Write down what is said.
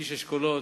איש אשכולות,